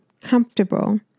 comfortable